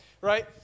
Right